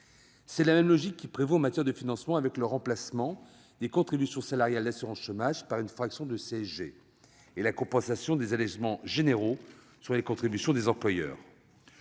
La même logique prévaut en matière de financement, avec le remplacement des contributions salariales d'assurance chômage par une fraction de CSG et la compensation des allègements généraux sur les contributions des employeurs.